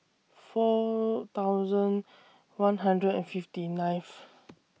four thousand one hundred and fifty nineth